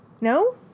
No